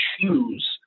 choose